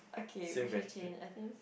okay we should change I think